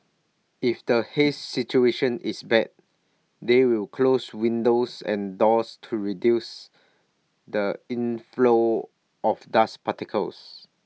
if the haze situation is bad they will close windows and doors to reduce the inflow of dust particles